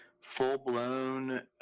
full-blown